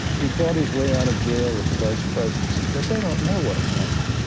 he bought his way out of jail with the vice presidency, but they don't know what a penalty